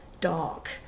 dark